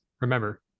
Remember